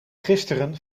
gisteren